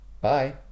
Bye